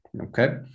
Okay